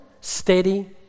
steady